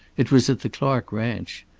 it was at the clark ranch.